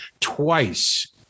Twice